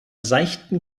seichten